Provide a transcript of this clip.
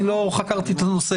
אני לא חקרתי את הנושא.